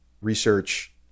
research